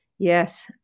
Yes